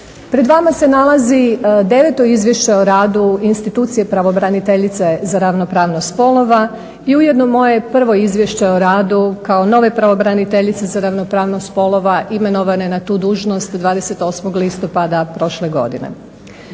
Pred vama se nalazi 9. Izvješće o radu institucije pravobraniteljice za ravnopravnost spolova i ujedno moje prvo Izvješće o radu kao nove pravobraniteljice za ravnopravnost spolova imenovane na tu dužnost 28. listopada prošle godine.